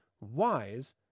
wise